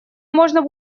можно